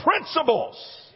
principles